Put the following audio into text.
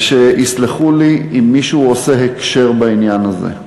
ושיסלחו לי אם מישהו עושה הקשר בעניין הזה,